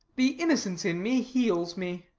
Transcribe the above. the innocence in me heals me.